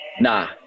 Nah